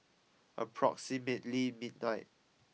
approximately midnight